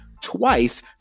twice